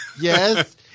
Yes